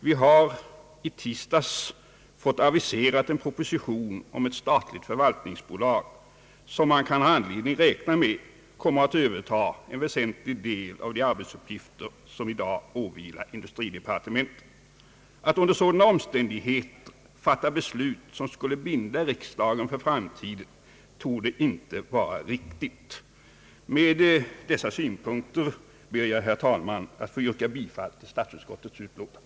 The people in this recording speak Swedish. Vi fick i tisdags aviserad en proposition om ett statligt förvaltningsbolag, som man har anledning räkna med kommer att överta en väsentlig del av de arbetsuppgifter som i dag åvilar industridepartementet. Att under sådana omständigheter i dag, fatta ett beslut som skulle binda riksdagen för framtiden torde inte vara riktigt. Med dessa synpunkter ber jag, herr talman, att få yrka bifall till statsutskottets hemställan.